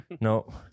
no